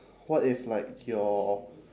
what if like you're